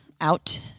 out